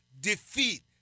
defeat